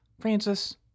Francis